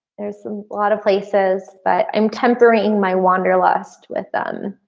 there's a lot of places but i'm tempering my wanderlust with them.